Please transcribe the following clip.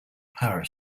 power